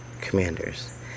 commanders